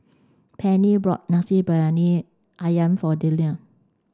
Pennie bought Nasi Briyani Ayam for Deion